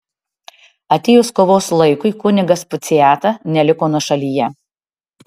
atėjus kovos laikui kunigas puciata neliko nuošalyje